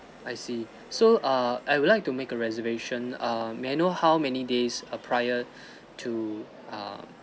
I see so err I would like to make a reservation err may I know how many days uh prior to um